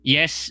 Yes